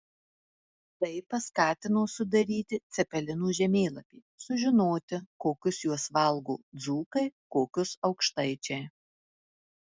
tai paskatino sudaryti cepelinų žemėlapį sužinoti kokius juos valgo dzūkai kokius aukštaičiai